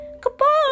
Goodbye